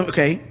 Okay